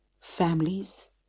families